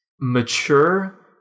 mature